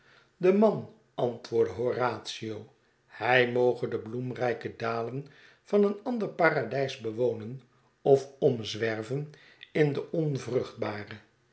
de man antwoordde horatio hij moge de bloemrijke dalen van een ander paradijs bewonen of omzwerven in de